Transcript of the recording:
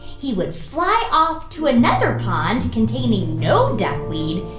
he would fly off to another pond containing no duckweed.